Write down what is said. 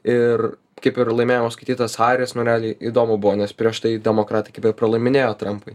ir kaip ir laimėjimas skaitytas haris nu realiai įdomu buvo nes prieš tai demokratai pralaiminėjo trampui